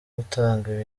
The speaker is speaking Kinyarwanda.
gutanga